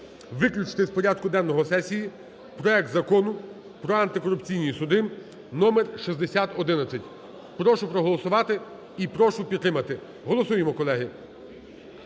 виключити з порядку денного сесії проект Закону про антикорупційні суди (номер 6011). Прошу проголосувати і прошу підтримати. Голосуємо, колеги,